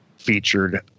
Featured